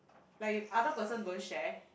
like if other person don't share